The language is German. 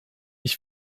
ich